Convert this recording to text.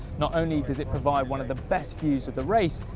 not only does it provide one of the best views of the race,